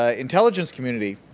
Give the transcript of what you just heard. ah intelligence community,